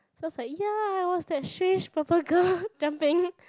so is like ya it was that strange purple girl jumping